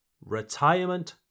Retirement